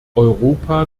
europa